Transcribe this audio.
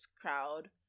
crowd